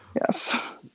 Yes